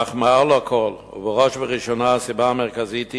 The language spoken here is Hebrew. אך מעל לכול ובראש ובראשונה, הסיבה המרכזית היא,